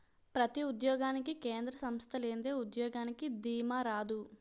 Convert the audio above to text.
ప్రతి ఉద్యోగానికి కేంద్ర సంస్థ లేనిదే ఉద్యోగానికి దీమా రాదు